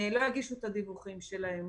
לא יגישו את הדיווחים האלה.